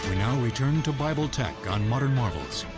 now return to bible tech on modern marvels.